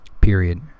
period